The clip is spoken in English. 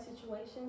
situations